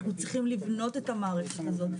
צריכים לבנות את המערכת הזאת.